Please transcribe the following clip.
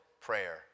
prayer